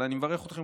אבל אני מברך אתכם,